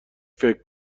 فکر